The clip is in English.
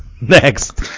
Next